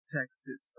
Texas